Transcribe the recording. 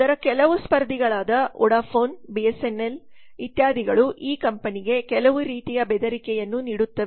ಅದರ ಕೆಲವು ಸ್ಪರ್ಧಿಗಳಾದ ವೊಡಾಫೋನ್ ಬಿಎಸ್ಎನ್ಎಲ್ ಇತ್ಯಾದಿಗಳು ಈ ಕಂಪನಿಗೆ ಕೆಲವು ರೀತಿಯ ಬೆದರಿಕೆಯನ್ನು ನೀಡುತ್ತವೆ